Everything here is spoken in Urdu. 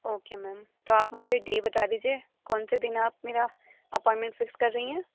اوکے میم تو آپ مجھے ڈے بتا دیجیے کون سے دن آپ میرا اپائنمنٹ فکس کر رہی ہیں